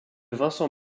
vincent